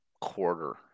quarter